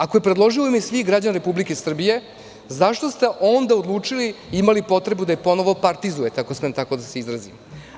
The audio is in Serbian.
Ako ju je predložio u ime svih građana Republike Srbije, zašto ste onda odlučili i imali potrebu da je ponovo partizujete, ako smem tako da se izrazim?